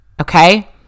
Okay